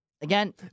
again